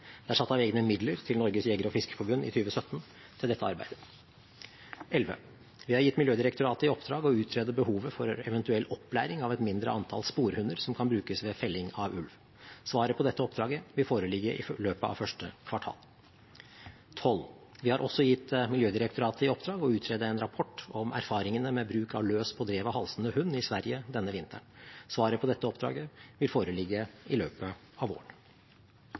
Det er satt av egne midler til Norges Jeger- og Fiskerforbund i 2017 til dette arbeidet. Vi har gitt Miljødirektoratet i oppdrag å utrede behovet for eventuell opplæring av et mindre antall sporhunder som kan brukes ved felling av ulv. Svaret på dette oppdraget vil foreligge i løpet av første kvartal. Vi har også gitt Miljødirektoratet i oppdrag å utrede en rapport om erfaringene med bruk av løs, på drevet halsende hund i Sverige denne vinteren. Svaret på dette oppdraget vil foreligge i løpet av våren.